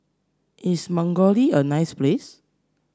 is Mongolia a nice place